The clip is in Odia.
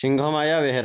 ସିଂହ ମାୟା ବେହେରା